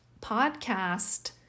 podcast